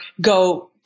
go